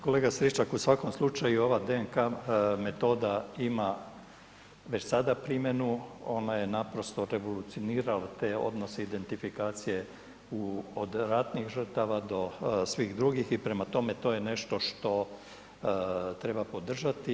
Kolega Stričak u svakom slučaju ova DNK metoda ima već sada primjenu, ona je naprosto revolucionirala te odnose identifikacije od ratnih žrtava do svih drugih i prema tome to je nešto što treba podržati.